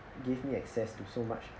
give me access to so much